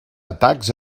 atacs